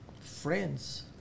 friends